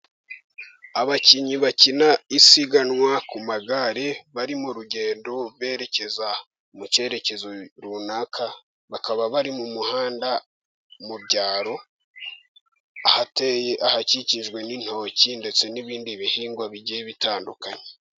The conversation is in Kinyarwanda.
Abakinnyi bakina isiganwa ku magare, bari mu rugendo berekeza mu cyerekezo runaka, bakaba bari mu muhanda mu byaro, ahakikijwe n'intoki ndetse n'ibindi bihingwa bigiye bitandukanye.